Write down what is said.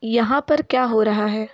यहाँ पर क्या हो रहा है